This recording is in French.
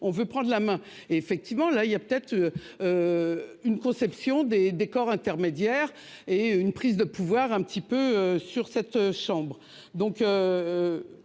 veut prendre la main et effectivement là il y a peut-être. Une conception des des corps intermédiaires et une prise de pouvoir un petit peu sur cette chambre donc.